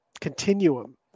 Continuum